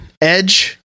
edge